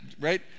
Right